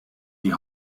die